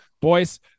boys